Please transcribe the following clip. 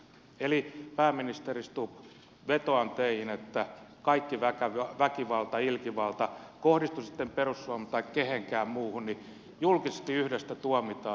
eli pääministeri stubb vetoan teihin että kaikki väkivalta ilkivalta kohdistuu se sitten perussuomalaisiin tai kehenkään muuhun julkisesti yhdessä tuomitaan